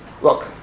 look